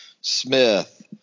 Smith